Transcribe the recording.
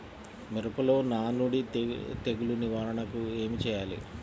మిరపలో నానుడి తెగులు నివారణకు ఏమి చేయాలి?